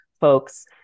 folks